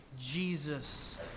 Jesus